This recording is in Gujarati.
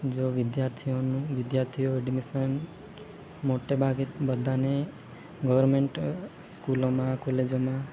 જો વિદ્યાર્થીઓનું વિદ્યાર્થીઓ એડમિશન મોટે ભાગે બધાને ગવર્મેન્ટ સ્કૂલોમાં કોલેજોમાં